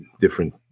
different